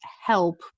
help